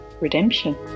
redemption